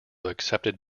accepted